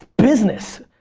business.